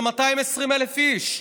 זה 220,000 איש,